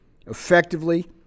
effectively